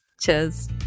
Cheers